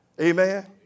Amen